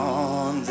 on